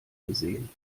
gesehen